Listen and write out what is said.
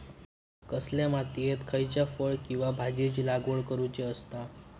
कसल्या मातीयेत खयच्या फळ किंवा भाजीयेंची लागवड करुची असता?